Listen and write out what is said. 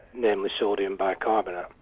namely sodium bicarbonate.